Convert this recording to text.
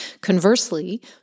Conversely